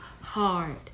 hard